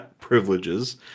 privileges